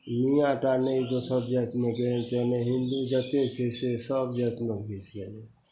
मिआँ टा नहि दोसर जातिमे गेल लेकिन हिन्दू जतेक छै से सभ जातिमे घुसि गेलै